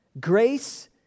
Grace